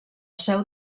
seu